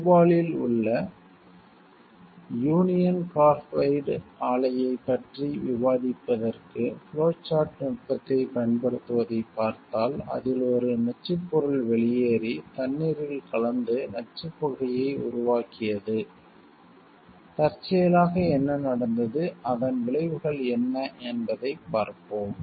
போபாலில் உள்ள Union Carbide ஆலையைப் பற்றி விவாதிப்பதற்கு ஃப்ளோ சார்ட் நுட்பத்தைப் பயன்படுத்துவதைப் பார்த்தால் அதில் ஒரு நச்சுப் பொருள் வெளியேறி தண்ணீரில் கலந்து நச்சுப் புகையை உருவாக்கியது தற்செயலாக என்ன நடந்தது அதன் விளைவுகள் என்ன என்பதைப் பார்ப்போம்